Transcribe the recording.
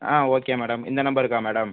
ஆ okay madam இந்த நம்பருக்கா madam